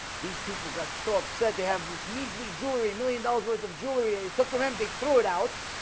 these people got so upset. they have this measly jewellery million dollars worth of jewelry it took some empty threw it out